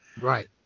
Right